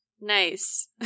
Nice